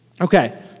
Okay